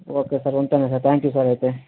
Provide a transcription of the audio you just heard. okay sir ఉంటాను thank you sir అయితే